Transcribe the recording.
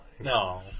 No